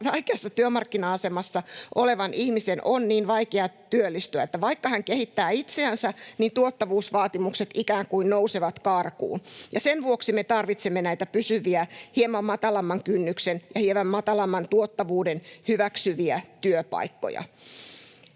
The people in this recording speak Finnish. vaikeassa työmarkkina-asemassa olevan ihmisen on niin vaikea työllistyä: vaikka hän kehittää itseänsä, niin tuottavuusvaatimukset ikään kuin nousevat karkuun. Sen vuoksi me tarvitsemme näitä pysyviä, hieman matalamman kynnyksen ja hieman matalamman tuottavuuden hyväksyviä työpaikkoja.